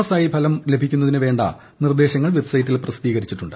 S ആയി ഫലം ലഭിക്കുന്നതിന് വേണ്ട നിർദ്ദേശങ്ങൾ വെബ് സൈറ്റിൽ പ്രസിദ്ധീകരിച്ചിട്ടുണ്ട്